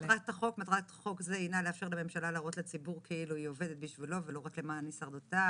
1. המילים "על אף האמור בסעיף קטן (א)"